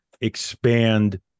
expand